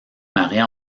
marie